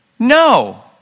No